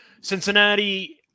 Cincinnati